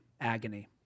agony